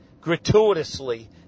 gratuitously